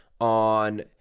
on